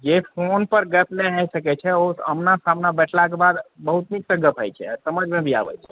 जे फोन पर गप नहि है सकै छै ओ आमना सामना बैठलाके बाद बहुत नीकसँ गप होइ छै आओर समझमे भी आबैत छै